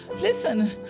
Listen